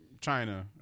China